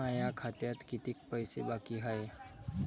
माया खात्यात कितीक पैसे बाकी हाय?